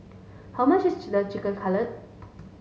how much is Chicken Cutlet